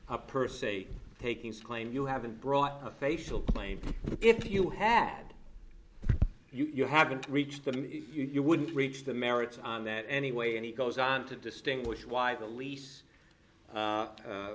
up per se takings claim you haven't brought a facial claim if you had you haven't reached them you wouldn't reach the merits on that anyway and he goes on to distinguish why the lease